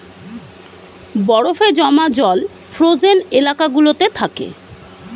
বরফে জমা জল ফ্রোজেন এলাকা গুলোতে থাকে